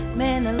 man